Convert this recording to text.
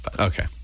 Okay